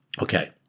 Okay